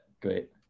great